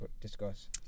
Discuss